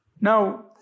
Now